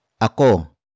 ako